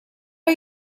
are